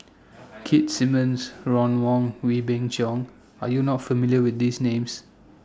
Keith Simmons Ron Wong Wee Beng Chong Are YOU not familiar with These Names